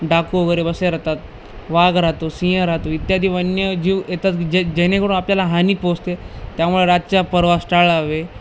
डाकू वगैरे बसले राहतात वाघ राहतो सिंह राहतो इत्यादी वन्यजीव येतात जे जेणेकरून आपल्याला हानी पोचते त्यामुळे रातच्या प्रवास टाळावे